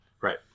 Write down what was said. Right